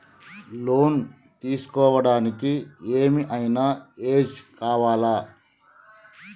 Loan తీస్కోవడానికి ఏం ఐనా ఏజ్ కావాలా?